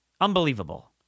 Unbelievable